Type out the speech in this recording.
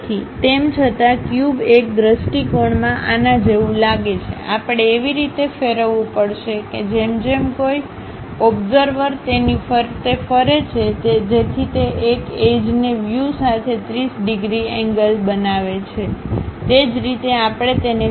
તેથી તેમ છતાં ક્યુબએક દૃષ્ટિકોણમાં આના જેવું લાગે છે આપણે એવી રીતે ફેરવવું પડશે કે જેમ જેમ કોઈ ઓબ્ઝર્વર તેની ફરતે ફરે છે જેથી તે એક એજને વ્યૂ સાથે 30 ડિગ્રી એંગલ બનાવે છે તે જ રીતે આપણે તેને વિઝ્યુઅલાઇઝ કરવાની છે